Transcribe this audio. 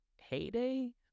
heyday